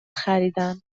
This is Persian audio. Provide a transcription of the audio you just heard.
خریدن